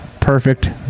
perfect